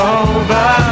over